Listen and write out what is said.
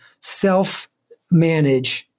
self-manage